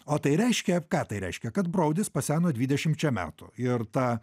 o tai reiškia ką tai reiškia kad broudis paseno dvidešimčia metų ir ta